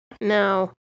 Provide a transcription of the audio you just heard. No